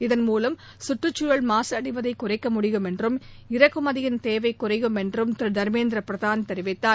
இதன் மூலம் கற்றுச் சூழல் மாசு அடைவதை குறைக்க முடியும் என்றும் இறக்குமதியின் தேவை குறையும் என்றும் திரு தர்மேந்திர பிரதான் தெரிவித்தார்